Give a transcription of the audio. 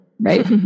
Right